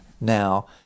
now